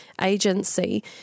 agency